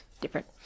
different